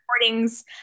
recordings